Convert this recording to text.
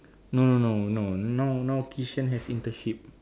no no no no no now has internship